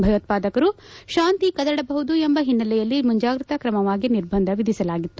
ಭಯೋತ್ವಾದಕರು ಶಾಂತಿ ಕದಡಬಹುದು ಎಂಬ ಹಿನ್ನೆಲೆಯಲ್ಲಿ ಮುಂಚಾಗ್ರತಾ ಕ್ರಮವಾಗಿ ನಿರ್ಬಂಧ ವಿಧಿಸಲಾಗಿತ್ತು